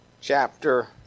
chapter